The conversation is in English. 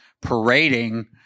parading